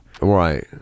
Right